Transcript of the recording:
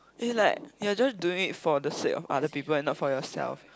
is like you're just doing it for the sake of other people and not for yourself